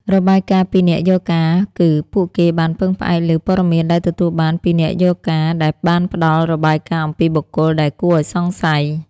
របាយការណ៍ពីអ្នកយកការណ៍គឺ ពួកគេបានពឹងផ្អែកលើព័ត៌មានដែលទទួលបានពីអ្នកយកការណ៍ដែលបានផ្តល់របាយការណ៍អំពីបុគ្គលដែលគួរឱ្យសង្ស័យ។